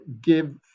give